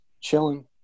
chilling